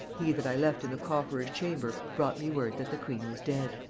he that i left in the cofferer's chamber brought me word that the queen was dead.